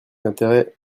intérêt